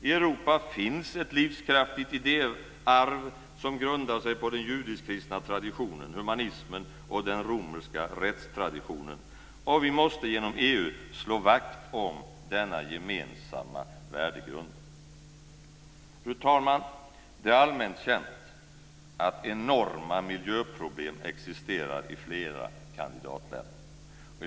I Europa finns ett livskraftigt idéarv som grundar sig på den judiskkristna traditionen, humanismen och den romerska rättstraditionen. Vi måste genom EU slå vakt om denna gemensamma värdegrund. Fru talman! Det är allmänt känt att enorma miljöproblem existerar i flera kandidatländer.